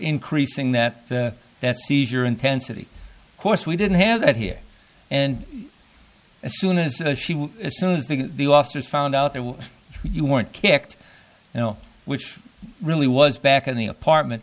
increasing that that seizure intensity of course we didn't have that here and as soon as soon as the the officers found out that you weren't kicked you know which really was back in the apartment